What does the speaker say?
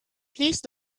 please